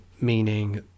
meaning